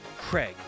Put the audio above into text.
Craig